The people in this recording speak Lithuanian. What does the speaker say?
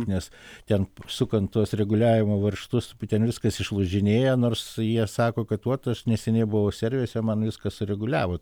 nes ten sukant tuos reguliavimo varžtus ten viskas išlūžinėję nors jie sako kad vat aš neseniai buvau servise man viską sureguliavo